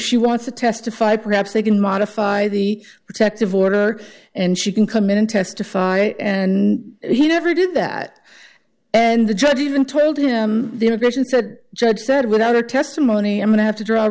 she wants to testify perhaps they can modify the protective order and she can come in and testify and he never did that and the judge even told him the inhibition said judge said without her testimony i'm going to have to draw